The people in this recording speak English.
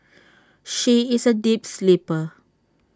she is A deep sleeper